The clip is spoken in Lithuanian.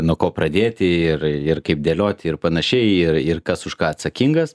nuo ko pradėti ir ir kaip dėlioti ir panašiai ir ir kas už ką atsakingas